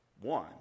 one